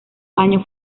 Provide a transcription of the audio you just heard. año